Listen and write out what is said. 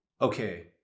okay